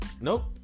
Nope